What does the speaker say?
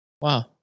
Wow